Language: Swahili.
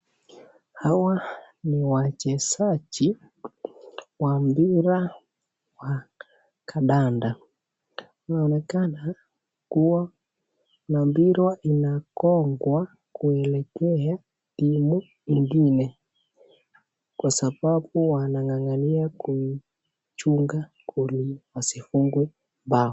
Hawa ni wachezaji wa mpira wa kandanda wanaonekana kuwa na mpira inagongwa kuelekea timu ingine kwa sababu wanang'ang'ania kuchunga kule wasifungwe bao.